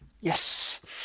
Yes